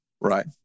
right